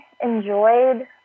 enjoyed